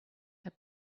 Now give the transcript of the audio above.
her